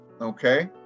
Okay